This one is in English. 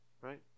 right